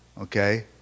okay